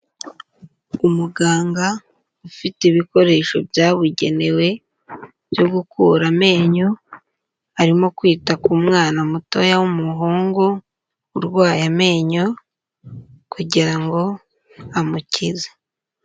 Umuganga ufite ibikoresho byabugenewe byo gukura amenyo, arimo kwita ku mwana mutoya w'umuhungu urwaye amenyo kugira ngo amukize.